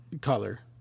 color